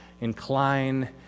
Incline